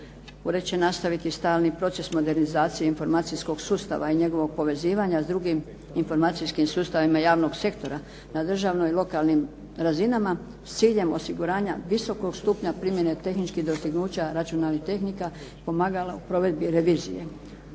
Ured će nastaviti stalni proces modernizacije informacijskog sustava i njegovog povezivanja s drugim informacijskim sustavim javnog sektora na državnim i lokalnim razinama s ciljem osiguranja visokog stupnja primjene tehničkih dostignuća računalnih tehnika, pomagala u provedbi revizije.